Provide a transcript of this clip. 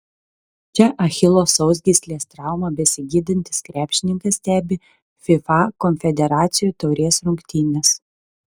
čia achilo sausgyslės traumą besigydantis krepšininkas stebi fifa konfederacijų taurės rungtynes